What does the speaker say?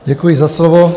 Děkuji za slovo.